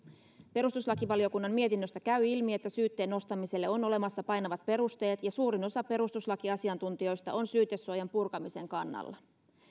perustuslakivaliokunnan mietinnöstä käy ilmi että syytteen nostamiselle on olemassa painavat perusteet ja suurin osa perustuslakiasiantuntijoista on syytesuojan purkamisen kannalla